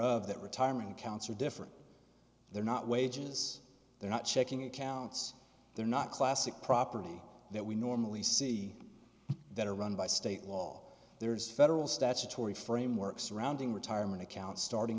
of that retirement accounts are different they're not wages they're not checking accounts they're not classic property that we normally see that are run by state law there is federal statutory framework surrounding retirement accounts starting